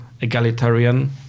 egalitarian